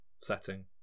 setting